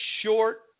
short